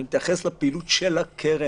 אני מתייחס לפעילות של הקרן.